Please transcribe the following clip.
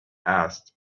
asked